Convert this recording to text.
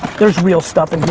there's real stuff in